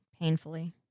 painfully